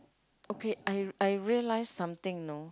okay I I realise something you know